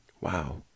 Wow